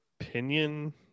opinion